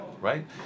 Right